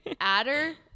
Adder